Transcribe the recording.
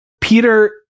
peter